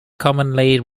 commonly